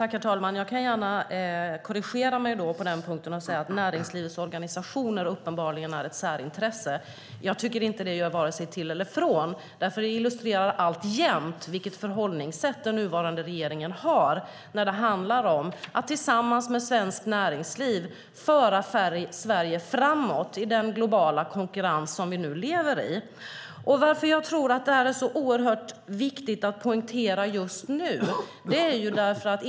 Herr talman! Jag kan gärna korrigera mig och säga att näringslivets organisationer uppenbarligen är ett särintresse. Jag tycker inte att det gör vare sig till eller ifrån. Det illustrerar i alla fall vilket förhållningssätt den nuvarande regeringen har när det gäller att tillsammans med svenskt näringsliv föra Sverige framåt i den globala konkurrensen. Jag tror att det är oerhört viktigt att poängtera detta just nu.